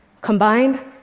Combined